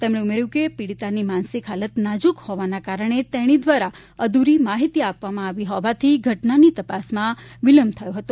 તેમણે ઉમેર્યું કે પીડીતાની માનસિક હાલત નાજૂક હોવાના કારણે તેણી દ્વારા અધૂરી માહિતી આપવામાં આવી હોવાથી ઘટનાની તપાસમાં વિલંબ થાય છે